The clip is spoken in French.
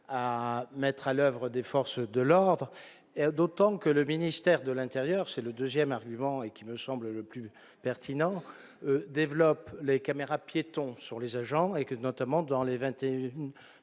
à mettre à l'oeuvre des forces de l'ordre, d'autant que le ministère de l'Intérieur, c'est le 2ème argument et qui me semble le plus pertinent, développe les caméras piétons sur les agents et que notamment dans les 21